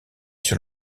sur